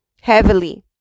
heavily